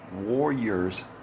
Warriors